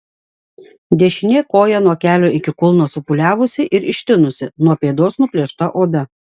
dešinė koja nuo kelio iki kulno supūliavusi ir ištinusi nuo pėdos nuplėšta oda